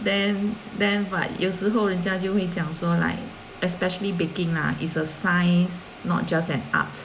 then then what 有时候人家就会讲说 like especially baking lah it's a science not just an art